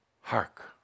Hark